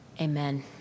Amen